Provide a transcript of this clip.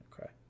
okay